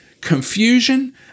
confusion